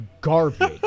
garbage